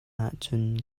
ahcun